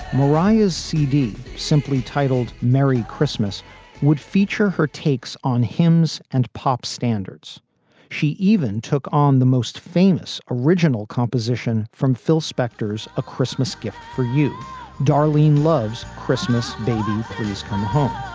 mariah's c d, simply titled merry christmas would feature her takes on hymns and pop standards she even took on the most famous original composition from phil spector's a christmas gift for you darlene loves christmas, baby, please come home.